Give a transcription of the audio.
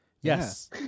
Yes